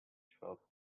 twelfth